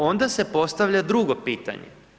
Onda se postavlja drugo pitanje.